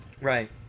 right